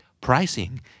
Pricing